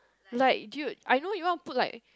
like dude I know you want to put like